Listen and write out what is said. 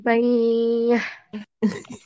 Bye